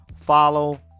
Follow